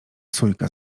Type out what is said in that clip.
sójka